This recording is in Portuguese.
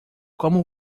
como